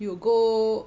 you go